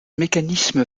mécanisme